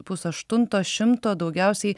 pusaštunto šimto daugiausiai